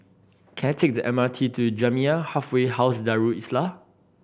can I take the M R T to Jamiyah Halfway House Darul Islah